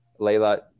Layla –